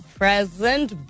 present